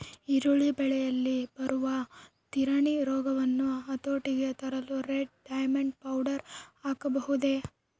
ಈರುಳ್ಳಿ ಬೆಳೆಯಲ್ಲಿ ಬರುವ ತಿರಣಿ ರೋಗವನ್ನು ಹತೋಟಿಗೆ ತರಲು ರೆಡ್ ಡೈಮಂಡ್ ಪೌಡರ್ ಹಾಕಬಹುದೇ?